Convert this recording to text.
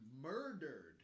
murdered